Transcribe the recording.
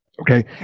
Okay